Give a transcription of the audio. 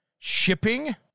shipping